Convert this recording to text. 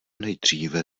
nejdříve